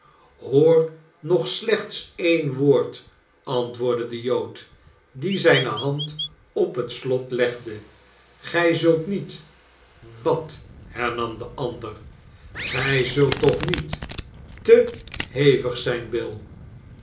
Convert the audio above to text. hoor nog slechts één woord antwoordde de jood die zijne hand op het slot legde gij zult niet wat hernam den ander gij zult toch niet te hevig zijn bill